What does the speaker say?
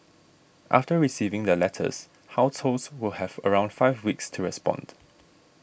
after receiving their letters households will have around five weeks to respond